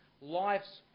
life's